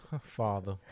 father